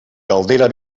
caldera